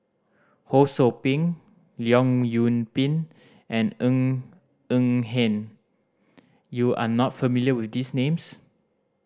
Ho Sou Ping Leong Yoon Pin and Ng Eng Hen you are not familiar with these names